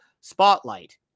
spotlight